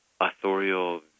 authorial